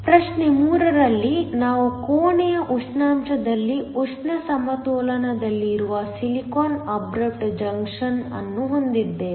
ಪ್ರಶ್ನೆ 3 ರಲ್ಲಿ ನಾವು ಕೋಣೆಯ ಉಷ್ಣಾಂಶದಲ್ಲಿ ಉಷ್ಣ ಸಮತೋಲನದಲ್ಲಿರುವ ಸಿಲಿಕಾನ್ ಅಬ್ರಪ್ಟ್ ಜಂಕ್ಷನ್ ಅನ್ನು ಹೊಂದಿದ್ದೇವೆ